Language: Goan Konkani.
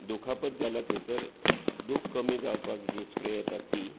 दुखापद जाल्या थंयसर दूख कमी जावपाक जी स्प्रेय येता ती